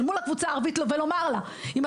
ולומר לה מבלי להתבייש,